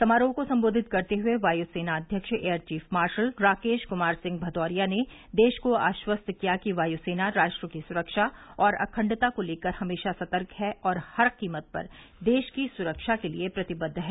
समारोह को संबोधित करते हुए वायुसेना अध्यक्ष air chief marshal Rakesh Kumar Singh Bhadauria ने देश को आश्वस्त किया कि वायु सेना राष्ट्र की सुरक्षा और अखंडता को लेकर हमेशा सतर्क है और हर कीमत पर देश की सुरक्षा के लिए प्रतिबद्व है